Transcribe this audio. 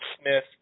Smith